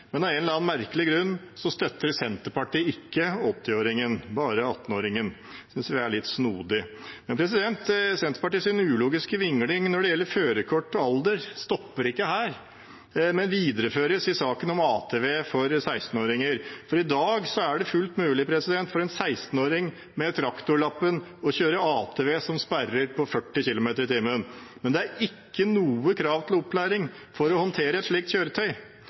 men av en eller annen merkelig grunn støtter Senterpartiet ikke 80-åringene, bare 18-åringene. Det synes jeg er litt snodig. Senterpartiets ulogiske vingling når det gjelder førerkort og alder, stopper ikke her, men videreføres i saken om ATV for 16-åringer. I dag er det fullt mulig for en 16-åring med traktorlappen å kjøre ATV som er sperret på 40 km/t, men det er ikke noe krav til opplæring for å håndtere et slikt kjøretøy.